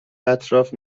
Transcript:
اطراف